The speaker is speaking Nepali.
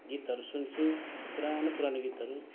गीतहरू सुन्छु पुरानो पुरानो गीतहरू